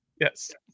Yes